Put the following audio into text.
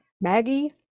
Maggie